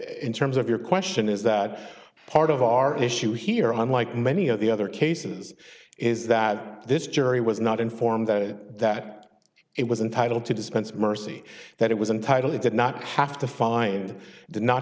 in terms of your question is that part of our issue here on like many of the other cases is that this jury was not informed that it was entitled to dispense mercy that it was entitled it did not have to find did not